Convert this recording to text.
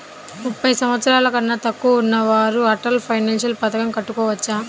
ముప్పై సంవత్సరాలకన్నా తక్కువ ఉన్నవారు అటల్ పెన్షన్ పథకం కట్టుకోవచ్చా?